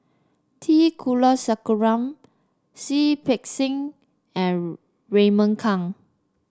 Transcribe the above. T Kulasekaram Seah Peck Seah and Raymond Kang